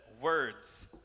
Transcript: words